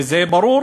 וזה ברור